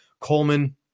Coleman